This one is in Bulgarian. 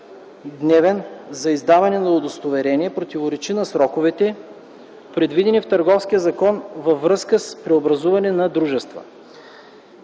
60-дневен за издаване на удостоверение, противоречи на сроковете, предвидени в Търговския закон във връзка с преобразуването на дружествата.